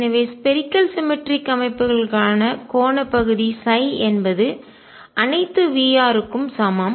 எனவேஸ்பேரிக்கல் symmetric கோள சமச்சீர் அமைப்புகளுக்கான கோண பகுதி என்பது அனைத்து V க்கும் சமம்